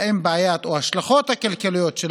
מעסיק שיגיש בקשה ותיפול טעות,